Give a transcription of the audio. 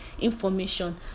information